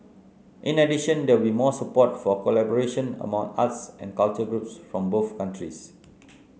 in addition there will be more support for collaboration among arts and culture groups from both countries